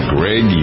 Greg